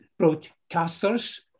broadcasters